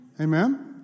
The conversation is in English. Amen